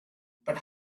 but